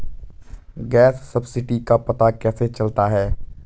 Gas subsidy का पता कैसे चलता है?